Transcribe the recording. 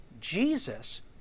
Jesus